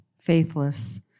faithless